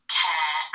care